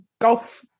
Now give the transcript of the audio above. golf